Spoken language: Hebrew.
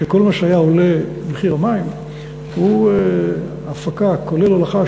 שכל מה שהיה עולה מחיר המים הוא הפקה כולל הולכה,